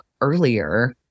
earlier